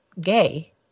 gay